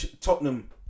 Tottenham